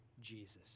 Jesus